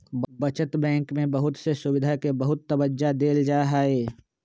बचत बैंक में बहुत से सुविधा के बहुत तबज्जा देयल जाहई